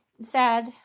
sad